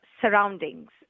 surroundings